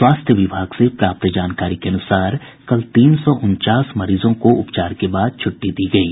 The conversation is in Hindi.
स्वास्थ्य विभाग से प्राप्त जानकारी के अनुसार कल तीन सौ उनचास मरीजों को उपचार के बाद छुट्टी दी गयी